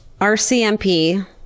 RCMP